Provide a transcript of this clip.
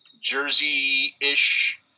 Jersey-ish